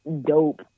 dope